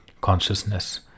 consciousness